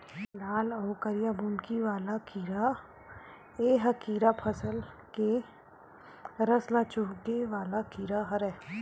लाल अउ करिया बुंदकी वाला कीरा ए ह कीरा फसल के रस ल चूंहके वाला कीरा हरय